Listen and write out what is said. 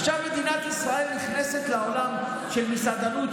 עכשיו מדינת ישראל נכנסת לעולם של מסעדנות,